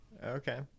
Okay